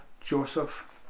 Joseph